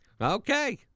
Okay